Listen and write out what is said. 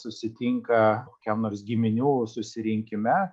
susitinka kokiam nors giminių susirinkime